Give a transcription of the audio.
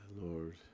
Lord